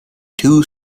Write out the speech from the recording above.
two